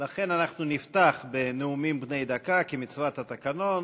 לכן אנחנו נפתח בנאומים בני דקה, כמצוות התקנון.